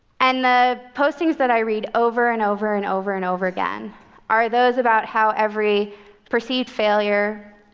and the postings that i read over and over and over and over again are those about how every perceived failure,